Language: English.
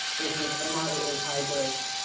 versus a moderately high dose.